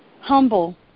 humble